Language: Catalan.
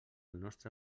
nostre